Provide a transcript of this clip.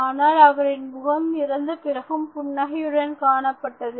ஆனால் அவரின் முகம் இறந்த பிறகும் புன்னகையுடன் காணப்பட்டது